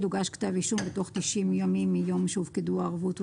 הוגש כתב אישום בתוך 90 ימים מיום שהופקדו הערבות או